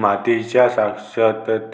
मातीच्या शाश्वततेसाठी